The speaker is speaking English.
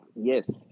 Yes